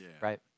Right